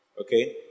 Okay